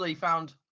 found